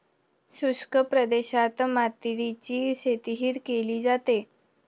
शुष्क प्रदेशात मातीरीची शेतीही केली जाते